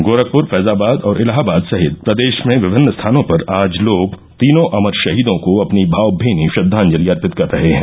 गोरखपुर फैजाबाद और इलाहाबाद सहित प्रदेश में विभिन्न स्थानों पर आज लोग तीनों अमर शहीदो को अपनी भावमीनी श्रद्वाजंलि अर्पित कर रहे हैं